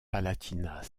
palatinat